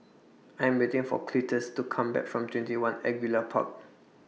I Am waiting For Cletus to Come Back from TwentyOne Angullia Park